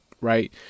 Right